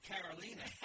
Carolina